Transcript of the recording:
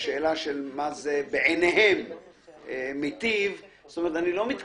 השאלה אם זה מיטיב או לא מיטיב היא שאלה לא פשוטה.